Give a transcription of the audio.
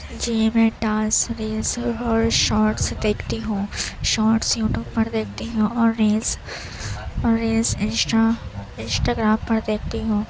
جی میں dance reels اور shorts دیکھتی ہوں شارٹس یوٹیوب پر دیکھتی ہوں اور ریلس اور ریلس انسٹا انسٹاگرام پر دیکھتی ہوں